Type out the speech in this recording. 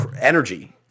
energy